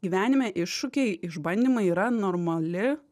gyvenime iššūkiai išbandymai yra normali